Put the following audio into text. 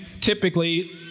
typically